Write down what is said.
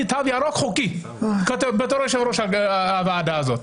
תו ירוק חוקי ואתה יושב ראש הוועדה הזאת.